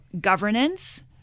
governance